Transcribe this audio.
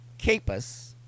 Capus